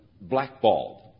blackballed